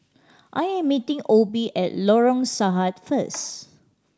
I am meeting Obie at Lorong Sahad first